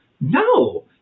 No